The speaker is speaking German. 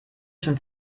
schon